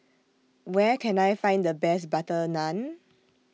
Where Can I Find The Best Butter Naan